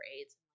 AIDS